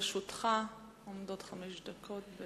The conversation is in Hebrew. לרשותך עומדות חמש דקות.